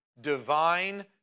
divine